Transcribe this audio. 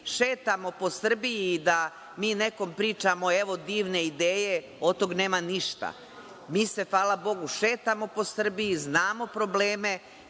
šetamo po Srbiji i da mi nekome pričamo – evo divne ideje, od toga nema ništa. Mi se, hvala Bogu, šetamo po Srbiji, znamo probleme